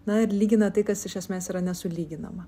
na ir lygina tai kas iš esmės yra nesulyginama